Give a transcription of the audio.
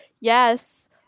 yes